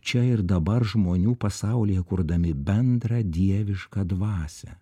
čia ir dabar žmonių pasaulyje kurdami bendrą dievišką dvasią